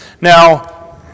Now